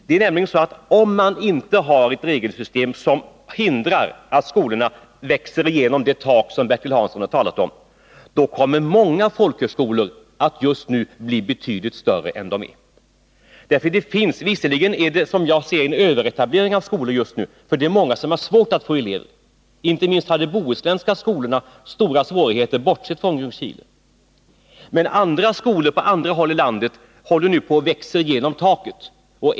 Det är nämligen så att om man inte har ett regelsystem som hindrar att skolorna växer igenom det tak som Bertil Hansson har talat om, kommer många folkhögskolor att just nu bli betydligt större än de är. Visserligen är det, som jag ser det, en överetablering av skolor just nu. Många av dem har svårt att få elever. Inte minst har de bohuslänska skolorna stora svårigheter, bortsett från Ljungskile, men skolor på andra håll i landet håller nu på att växa igenom taket.